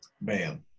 bam